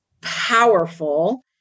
powerful